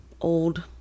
old